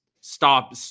stop